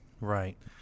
Right